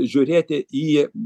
žiūrėti į